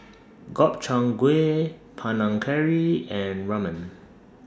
Gobchang Gui Panang Curry and Ramen